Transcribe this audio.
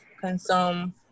consume